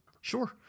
Sure